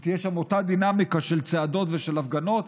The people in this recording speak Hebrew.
אם תהיה שם אותה דינמיקה של צעדות ושל הפגנות,